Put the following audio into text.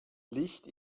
licht